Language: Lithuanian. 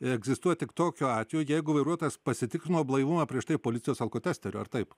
egzistuoja tik tokiu atveju jeigu vairuotas pasitikrino blaivumą prieš tai policijos alkotesteriu ar taip